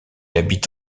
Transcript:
habite